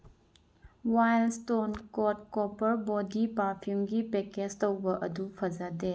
wild Stone Code Copper body ꯄꯥꯔꯐꯤꯌꯨꯝꯒꯤ package ꯇꯧꯕ ꯑꯗꯨ ꯐꯖꯗꯦ